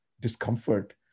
discomfort